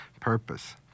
purpose